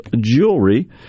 Jewelry